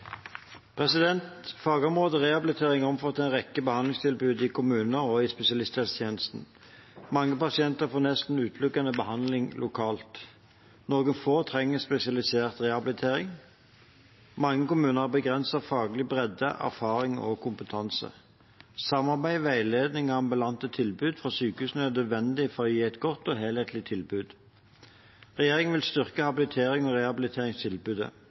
Fagområdet rehabilitering omfatter en rekke behandlingstilbud i kommunene og spesialisthelsetjenesten. Mange pasienter får nesten utelukkende behandling lokalt. Noen få trenger spesialisert rehabilitering. Mange kommuner har begrenset faglig bredde, erfaring og kompetanse. Samarbeid, veiledning og ambulante tilbud fra sykehusene er nødvendig for å gi et godt og helhetlig tilbud. Regjeringen vil styrke habiliterings- og rehabiliteringstilbudet.